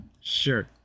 sure